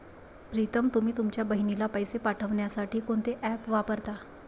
प्रीतम तुम्ही तुमच्या बहिणीला पैसे पाठवण्यासाठी कोणते ऍप वापरता?